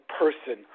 person